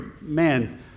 man